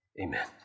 Amen